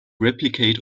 replicate